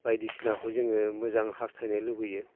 बायदिसिनाखौ जोङो मोजां हासथायनो लुगैयो